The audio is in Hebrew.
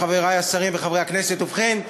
חברי השרים וחברי הכנסת, ובכן,